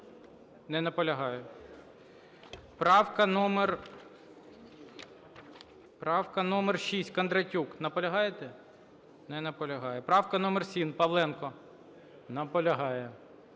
номер, правка номер 6, Кондратюк. Наполягаєте? Не наполягає. Правка номер 7, Павленко. Наполягає.